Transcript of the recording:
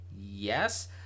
yes